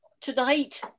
tonight